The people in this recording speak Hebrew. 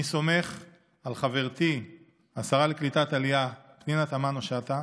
אני סומך על חברתי השרה לקליטת עלייה פנינה תמנו שטה,